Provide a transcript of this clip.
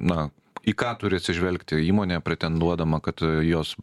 na į ką turi atsižvelgti įmonė pretenduodama kad jos